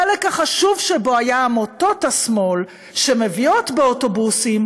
החלק החשוב שבו היה עמותות השמאל שמביאות באוטובוסים,